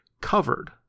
covered